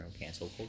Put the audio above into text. cancel